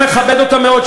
מכבד אותה מאוד,